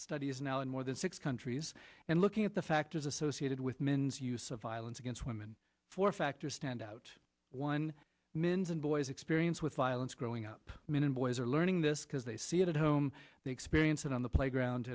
studies now in more than six countries and looking at the factors associated with men's use of violence against women for factors stand out one men's and boy's experience with violence growing up men and boys are learning this because they see it at home they experience it on the playground